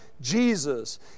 Jesus